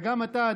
וגם אתה,